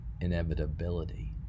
inevitability